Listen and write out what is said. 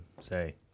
say